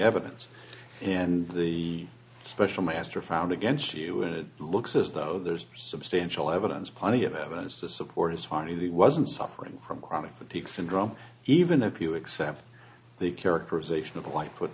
evidence and the special master found against you and it looks as though there's substantial evidence plenty of evidence to support his family wasn't suffering from chronic fatigue syndrome even if you accept the characterization of why put